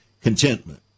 contentment